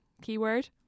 keyword